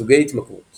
סוגי התמכרות